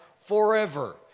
forever